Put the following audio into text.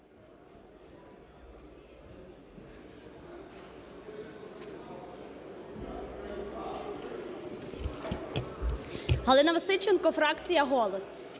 Галина Васильченко, фракція "Голос".